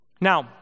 Now